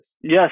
Yes